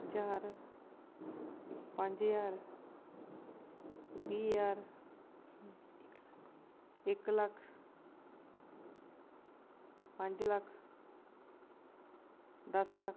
ज्हार पंज ज्हार बीह् ज्हार इक लक्ख पंज लक्ख दस लक्ख